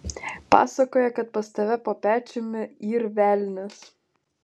pasakoja kad pas tave po pečiumi yr velnias